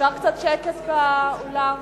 אפשר קצת שקט באולם?